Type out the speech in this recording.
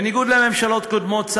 בניגוד לממשלות קודמות,